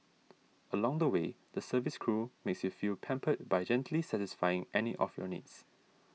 along the way the service crew makes you feel pampered by gently satisfying any of your needs